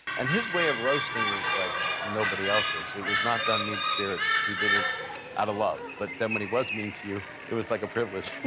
and his way of roasting was like nobody else's. it was not done mean-spirited. he did it out of love, but then when he was mean to you it was like a privilege.